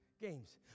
Games